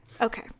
okay